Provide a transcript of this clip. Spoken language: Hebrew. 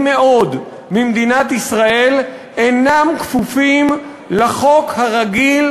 מאוד ממדינת ישראל אינם כפופים לחוק הרגיל,